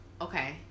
Okay